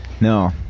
No